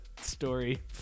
story